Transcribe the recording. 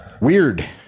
weird